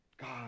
God